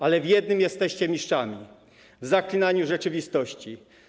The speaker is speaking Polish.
Ale w jednym jesteście mistrzami: w zaklinaniu rzeczywistości.